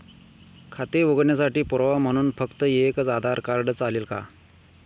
खाते उघडण्यासाठी पुरावा म्हणून फक्त एकच आधार कार्ड चालेल का?